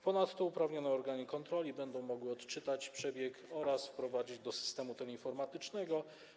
Ponadto uprawnione organy kontroli będą mogły odczytać przebieg oraz wprowadzić go do systemu teleinformatycznego.